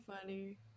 funny